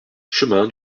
chemin